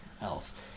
else